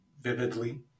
vividly